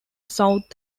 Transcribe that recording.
south